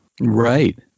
right